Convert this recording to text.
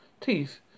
teeth